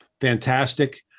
Fantastic